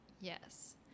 yes